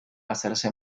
hacerse